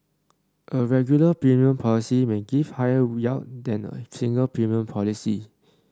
a regular premium policy may give higher yield than a single premium policy